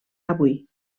avui